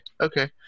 okay